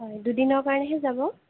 হয় দুদিনৰ কাৰণেহে যাব